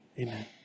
Amen